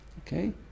okay